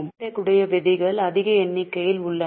கணக்கிடக்கூடிய விகிதங்கள் அதிக எண்ணிக்கையில் உள்ளன